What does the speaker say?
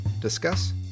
discuss